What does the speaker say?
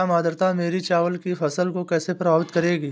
कम आर्द्रता मेरी चावल की फसल को कैसे प्रभावित करेगी?